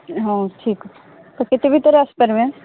ହଉ ଠିକ୍ ଅଛି ତ କେତେ ଭିତରେ ଆସିପାରିବେ